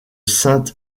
sainte